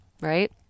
right